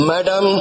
Madam